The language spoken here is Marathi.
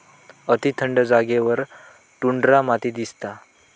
अती थंड जागेवर टुंड्रा माती दिसता